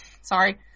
Sorry